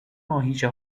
ماهیچه